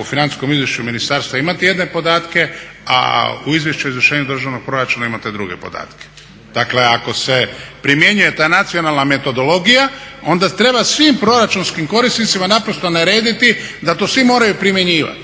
u financijskom izvješću ministarstva imate jedne podatke a u izvješću o izvršenju državnog proračuna imate druge podatke. Dakle ako se primjenjuje ta nacionalna metodologija onda treba svim proračunskim korisnicima naprosto narediti da to svi moraju primjenjivati